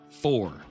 four